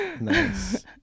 Nice